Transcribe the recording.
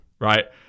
right